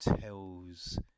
tells